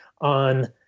on